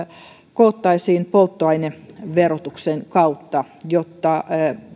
koottaisiin polttoaineverotuksen kautta jotta